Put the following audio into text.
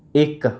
ਇੱਕ